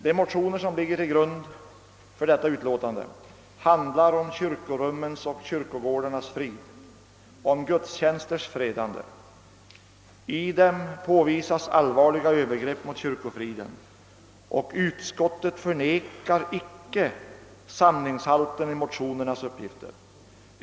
De motioner som ligger till grund för utlåtandet handlar om kyrkorummens och kyrkogårdarnas frid, om gudstjänsters fredande. I dem påvisas allvarliga övergrepp mot kyrkofriden, och utskottet förnekar icke sanningshalten i motionernas uppgifter.